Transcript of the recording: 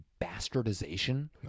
bastardization